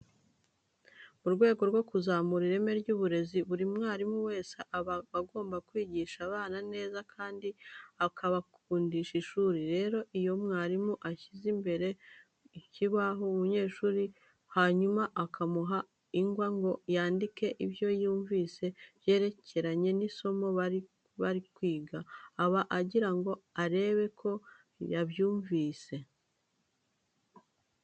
Mu rwego rwo kuzamura ireme ry'uburezi, buri mwarimu wese aba agomba kwigisha abana neza kandi akabakundisha ishuri. Rero iyo umwarimu ashyize imbere ku kibaho umunyeshuri, hanyuma akamuha ingwa ngo yandike ibyo yumvise byerekeranye n'isomo bari bari kwiga, aba agira ngo arebe ko babyumvise.